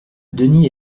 denis